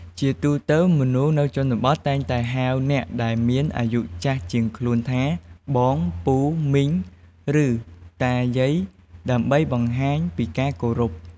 ជាទូទៅ មនុស្សនៅជនបទតែងតែហៅអ្នកដែលមានអាយុចាស់ជាងខ្លួនថា បង ពូ មីង ឬ តាយាយ ដើម្បីបង្ហាញពីការគោរព។